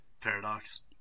Paradox